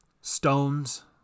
stones